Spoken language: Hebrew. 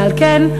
ועל כן,